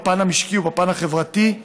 בפן המשקי ובפן החברתי,